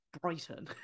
brighton